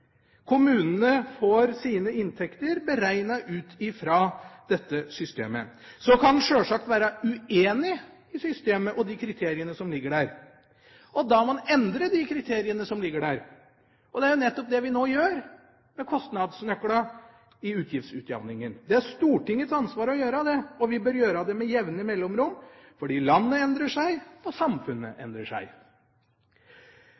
Kommunene får sine inntekter beregnet ut fra dette systemet. Så kan en sjølsagt være uenig i systemet og de kriteriene som ligger der. Da må man endre de kriteriene som ligger der, og det er nettopp det vi nå gjør, med kostnadsnøklene i utgiftsutjamningen. Det er Stortingets ansvar å gjøre det, og vi bør gjøre det med jevne mellomrom fordi landet endrer seg og samfunnet